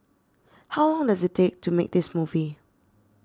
how long does it take to make this movie